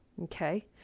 Okay